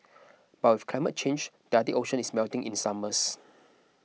but with climate change the Arctic Ocean is melting in summers